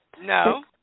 No